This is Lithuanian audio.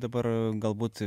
dabar galbūt